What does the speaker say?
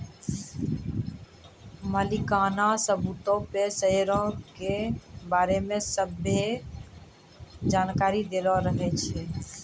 मलिकाना सबूतो पे शेयरो के बारै मे सभ्भे जानकारी दैलो रहै छै